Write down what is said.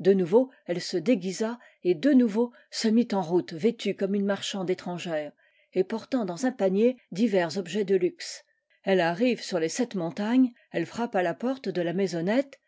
de nouveau elle se déguisa et de nouveau se mit en route vêtue comme une marchande étrangère et portant dans un panier divers objets de luxe elle arrive sur les sept montagnes elle frappe à la porte de la maisonnette